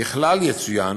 ככלל, יצוין